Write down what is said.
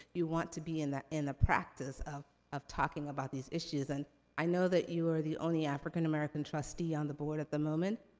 you want to be in the in the practice of of talking about these issues. and i know that you are the only african-american trustee on the board at the moment,